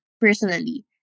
personally